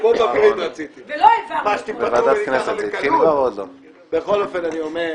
ואתם כליכוד עבדים שלהם ומצביעים אוטומטית לכל מה שהם אומרים.